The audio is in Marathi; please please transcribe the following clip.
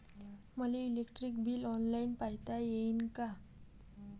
मले इलेक्ट्रिक बिल ऑनलाईन पायता येईन का?